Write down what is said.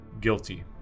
Guilty